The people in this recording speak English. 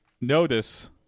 notice